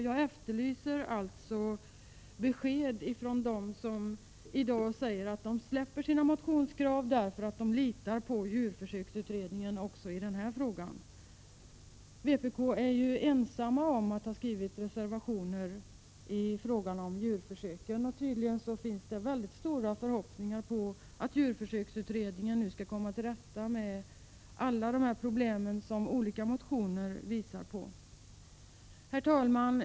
Jag efterlyser alltså besked från dem som i dag säger att de släpper sina motionskrav därför att de litar på djurförsöksutredningen också i den här frågan. Vpk är ensamt om att ha skrivit reservationer i fråga om djurförsök, och tydligen finns det mycket stora förhoppningar om att djurförsöksutredningen nu skall komma till rätta med alla de problem som olika motioner visar på. Herr talman!